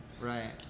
Right